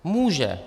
Může.